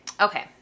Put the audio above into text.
Okay